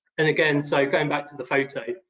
and again, so going back to the photo,